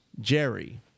Jerry